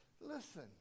Listen